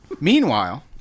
Meanwhile